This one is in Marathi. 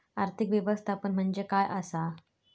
आर्थिक व्यवस्थापन म्हणजे काय असा?